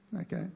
okay